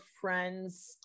friends